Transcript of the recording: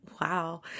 Wow